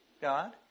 God